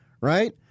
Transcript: right